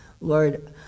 Lord